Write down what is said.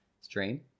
stream